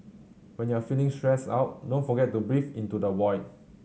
when you are feeling stressed out don't forget to breathe into the void